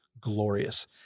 glorious